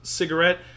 cigarette